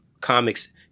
comics